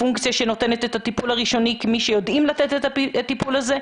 הפונקציה שנותנת את הטיפול הראשוני כמי שיודע לתת את הטיפול הזה.